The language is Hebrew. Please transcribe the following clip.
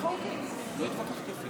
הגבלת שכר טרחת עורך